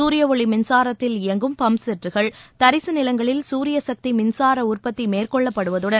சூரிய ஒளி மின்சாரத்தில் இயங்கும் பம்ப்செட்டுகள் தரிசு நிலங்களில் சூரியசக்தி மின்சார உற்பத்தி மேற்கொள்ளப்படுவதுடன்